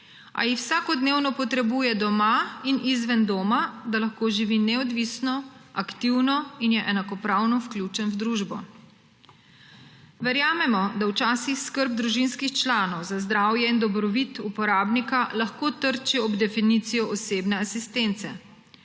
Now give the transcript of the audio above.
a jih vsakodnevno potrebuje doma in izven doma, da lahko živi neodvisno, aktivno in je enakopravno vključen v družbo. Verjamemo, da včasih skrb družinskih članov za zdravje in dobrobit uporabnika lahko trči ob definicijo osebne asistence,